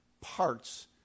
parts